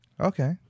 Okay